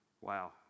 Wow